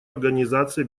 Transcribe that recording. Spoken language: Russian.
организации